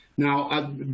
Now